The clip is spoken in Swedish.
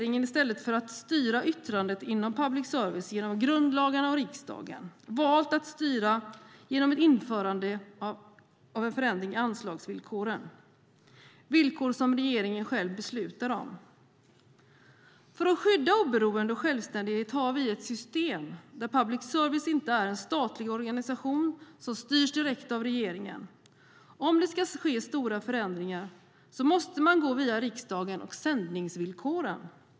I stället för att styra yttrandet inom public service genom grundlagarna och riksdagen har regeringen valt att styra genom ett införande av en förändring i anslagsvillkoren. Det är villkor som regeringen själv beslutar om. För att skydda oberoende och självständighet har vi ett system där public service inte är en statlig organisation som styrs direkt av regeringen. Om det ska ske stora förändringar måste man gå via riksdagen och sändningsvillkoren.